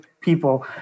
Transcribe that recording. people